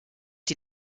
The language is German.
die